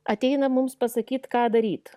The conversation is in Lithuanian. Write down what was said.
ateina mums pasakyt ką daryt